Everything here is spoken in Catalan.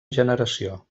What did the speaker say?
generació